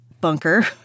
bunker